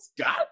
scott